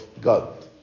God